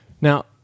Now